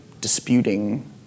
disputing